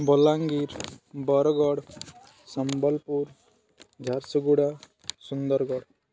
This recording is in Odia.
ବଲାଙ୍ଗୀର ବରଗଡ଼ ସମ୍ବଲପୁର ଝାରସୁଗୁଡ଼ା ସୁନ୍ଦରଗଡ଼